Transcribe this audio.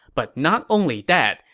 but not only that,